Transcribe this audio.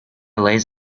lays